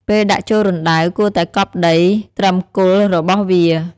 ពេលដាក់ចូលរណ្តៅ គួរតែកប់ដីត្រឹមគល់របស់វា។